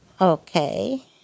Okay